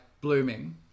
blooming